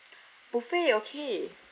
buffet okay